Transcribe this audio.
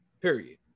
period